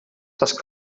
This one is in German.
das